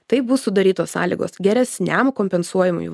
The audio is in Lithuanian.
taip bus sudarytos sąlygos geresniam kompensuojamųjų